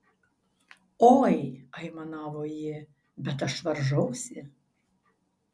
oi aimanavo ji bet aš varžausi